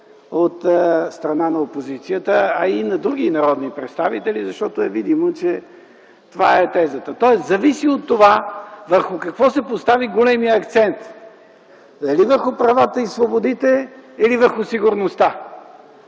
от страна на опозицията, а и на други народни представители, защото е видно, че това е тезата. Тоест зависи от това върху какво се поставя големият акцент – дали върху правата и свободите или върху сигурността.